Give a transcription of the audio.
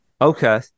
okay